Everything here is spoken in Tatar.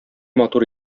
матур